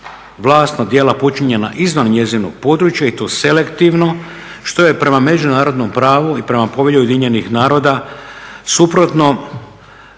vlast, djela počinjena izvan njezinog područja i to selektivno što je prema međunarodnom pravu i prema Povelji UN-a suprotno